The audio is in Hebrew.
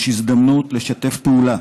יש הזדמנות לשתף פעולה